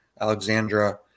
Alexandra